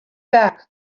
back